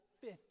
fifth